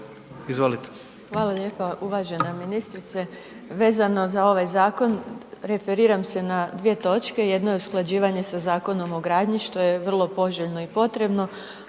Izvolite.